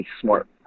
smart